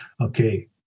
okay